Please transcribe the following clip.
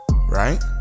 right